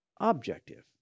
objective